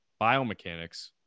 biomechanics